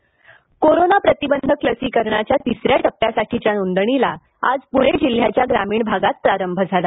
लसीकरण ग्रामीण कोरोना प्रतिबंधक लसीकरणाच्या तिसऱ्या टप्प्यासाठीच्या नोंदणीला आज पुणे जिल्ह्याच्या ग्रामीण भागातही प्रारंभ झाला